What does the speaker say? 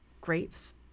grapes